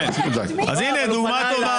דוגמה טובה.